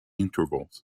intervals